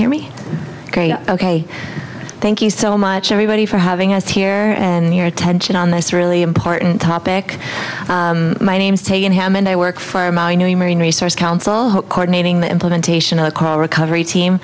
hear me ok thank you so much everybody for having us here and your attention on this really important topic my name's taken him and i work for my new marine research council cordoning the implementation of the call recovery team